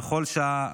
בכל שעה.